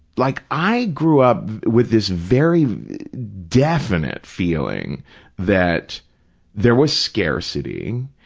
like i grew up with this very definite feeling that there was scarcity,